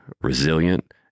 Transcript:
resilient